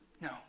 No